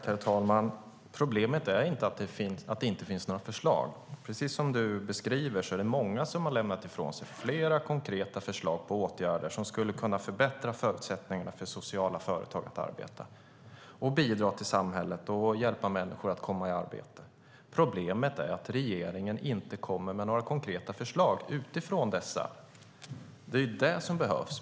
Herr talman! Problemet är inte att det inte finns några förslag. Precis som du beskriver är det många som har lämnat ifrån sig flera konkreta förslag på åtgärder som skulle kunna förbättra förutsättningarna för sociala företag att arbeta, bidra till samhället och hjälpa människor att komma i arbete. Problemet är att regeringen inte kommer med några konkreta förslag utifrån dessa. Det är det som behövs.